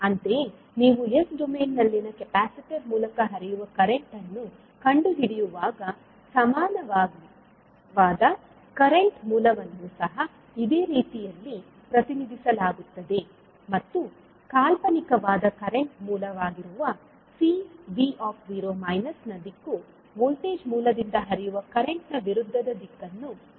ಅಂತೆಯೇ ನೀವು s domain ನಲ್ಲಿನ ಕೆಪಾಸಿಟರ್ ಮೂಲಕ ಹರಿಯುವ ಕರೆಂಟ್ ಅನ್ನು ಕಂಡುಹಿಡಿಯುವಾಗ ಸಮಾನವಾದ ಕರೆಂಟ್ ಮೂಲವನ್ನು ಸಹ ಇದೇ ರೀತಿಯಲ್ಲಿ ಪ್ರತಿನಿಧಿಸಲಾಗುತ್ತದೆ ಮತ್ತು ಕಾಲ್ಪನಿಕವಾದ ಕರೆಂಟ್ ಮೂಲವಾಗಿರುವ Cv ನ ದಿಕ್ಕು ವೋಲ್ಟೇಜ್ ಮೂಲದಿಂದ ಹರಿಯುವ ಕರೆಂಟ್ ನ ವಿರುದ್ಧದ ದಿಕ್ಕನ್ನು ಹೊಂದಿರುತ್ತದೆ